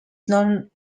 known